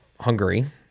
Hungary